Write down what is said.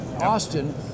Austin